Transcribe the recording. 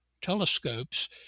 telescopes